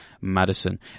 Madison